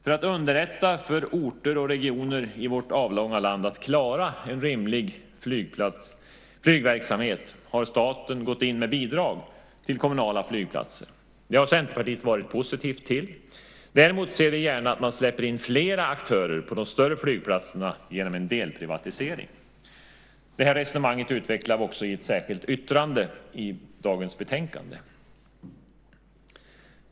För att underlätta för orter och regioner i vårt avlånga land att klara en rimlig flygverksamhet har staten gått in med bidrag till kommunala flygplatser. Det har Centerpartiet varit positivt till. Däremot ser vi gärna att man släpper in fler aktörer på de större flygplatserna genom en delprivatisering. Detta resonemang utvecklar vi i ett särskilt yttrande i dagens betänkande.